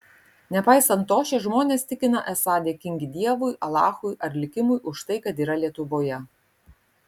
nepaisant to šie žmonės tikina esą dėkingi dievui alachui ar likimui už tai kad yra lietuvoje